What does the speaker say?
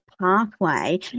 pathway